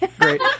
Great